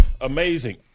Amazing